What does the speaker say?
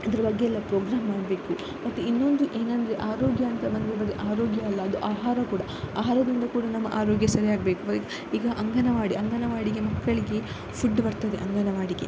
ಇದರ ಬಗ್ಗೆ ಎಲ್ಲ ಪ್ರೋಗ್ರಾಮ್ ಮಾಡಬೇಕು ಮತ್ತು ಇನ್ನೊಂದು ಏನಂದರೆ ಆರೋಗ್ಯ ಅಂತ ಬಂದರೆ ಆರೋಗ್ಯ ಅಲ್ಲ ಅದು ಆಹಾರ ಕೂಡ ಆಹಾರದಿಂದ ಕೂಡ ನಮ್ಮ ಆರೋಗ್ಯ ಸರಿಯಾಗಬೇಕು ಈಗ ಅಂಗನವಾಡಿ ಅಂಗನವಾಡಿಗೆ ಮಕ್ಕಳಿಗೆ ಫುಡ್ ಬರ್ತದೆ ಅಂಗನವಾಡಿಗೆ